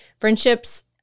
Friendships